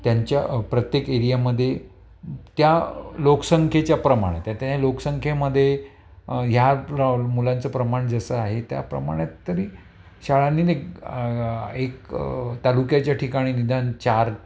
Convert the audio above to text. त्यांच्या प्रत्येक एरियामध्ये त्या लोकसंख्येच्या प्रमाणे त्या लोकसंख्येमध्ये ह्या प्र मुलांचं प्रमाण जसं आहे त्या प्रमाणात तरी शाळांनी एक तालुक्याच्या ठिकाणी निदान चार